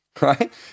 right